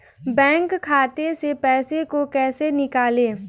Bank खाते से पैसे को कैसे निकालें?